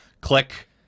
click